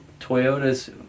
Toyota's